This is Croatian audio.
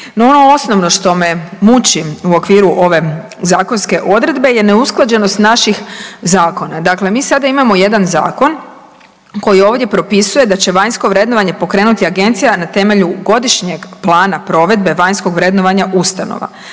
ono osnovno što me muči u okviru ove zakonske odredbe je neusklađenost naših zakona. Dakle, mi sada imamo jedan zakon koji ovdje propisuje da će vanjsko vrednovanje pokrenuti Agencija na temelju godišnjeg plana provedbe vanjskog vrednovanja ustanova